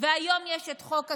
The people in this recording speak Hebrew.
והיום יש את חוק התרומות,